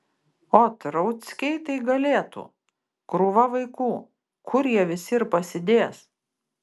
ot rauckiai tai galėtų krūva vaikų kur jie visi ir pasidės